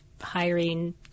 hiring